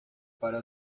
para